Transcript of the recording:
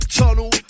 tunnel